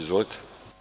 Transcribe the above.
Izvolite.